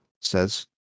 says